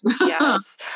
Yes